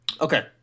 Okay